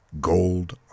Gold